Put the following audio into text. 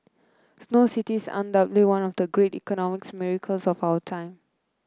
Snow City is undoubtedly one of the great economic miracles of our time